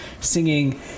singing